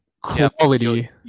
Quality